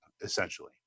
essentially